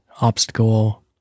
obstacle